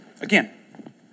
Again